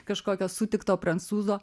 kažkokio sutikto prancūzo